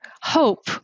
hope